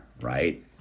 Right